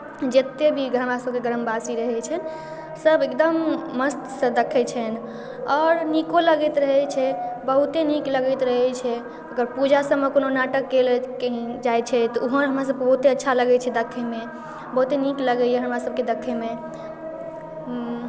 जतेक भी हमरासभके ग्रामवासी रहै छै सभ एकदम मस्तसँ देखै छनि आओर नीको लगैत रहै छै बहुते नीक लगैत रहै छै अगर पूजासभमे कोनो नाटक केलथि जाइ छै तऽ ओहो हमरासभके बहुते अच्छा लगै छै देखैमे बहुते नीक लगैए हमरासभके देखैमे